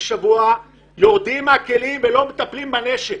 יורדים מהכלים ולא מטפלים בנשק.